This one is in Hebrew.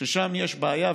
ששם יש בעיה.